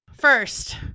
first